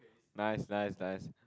nice nice nice